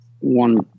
One